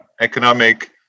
economic